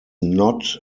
not